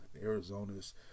Arizona's